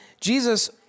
Jesus